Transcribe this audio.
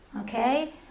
Okay